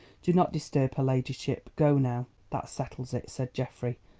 do not disturb her ladyship. go now. that settles it, said geoffrey,